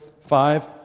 five